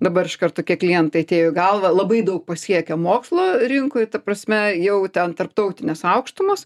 dabar iškart tokie klientai atėjo į galvą labai daug pasiekę mokslo rinkoj ta prasme jau ten tarptautinės aukštumos